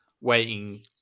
waiting